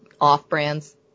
off-brands